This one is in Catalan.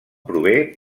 prové